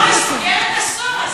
לא, היא סוגרת עשור.